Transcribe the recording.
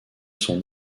son